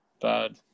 bad